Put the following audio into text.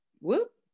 Whoop